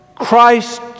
Christ